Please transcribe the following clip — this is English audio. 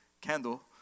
candle